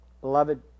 Beloved